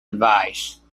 advice